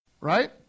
Right